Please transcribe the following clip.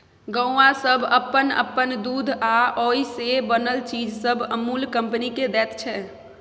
गौआँ सब अप्पन अप्पन दूध आ ओइ से बनल चीज सब अमूल कंपनी केँ दैत छै